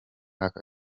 aka